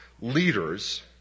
leaders